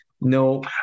No